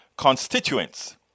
constituents